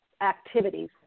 activities